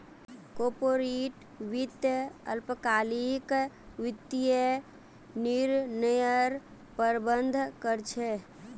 corporate वित्त अल्पकालिक वित्तीय निर्णयर प्रबंधन कर छे